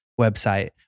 website